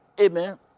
amen